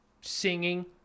singing